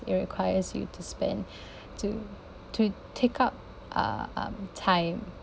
it requires you to spend to to take up um um time